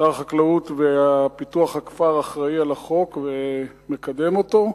שר החקלאות ופיתוח הכפר אחראי לחוק ומקדם אותו.